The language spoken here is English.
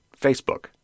Facebook